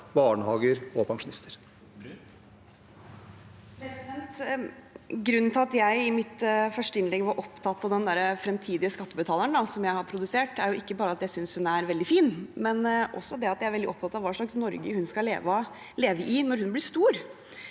barnehager og pensjonister. Tina Bru (H) Grunnen til at jeg i mitt første innlegg var opptatt av den fremtidige skattebetaleren som jeg har produsert, er ikke bare at jeg synes hun er veldig fin, men også det at jeg er veldig opptatt av hva slags Norge hun skal leve i når hun blir stor.